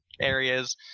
areas